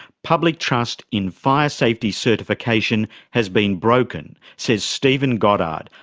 public trust in fire safety certification has been broken, says stephen goddard,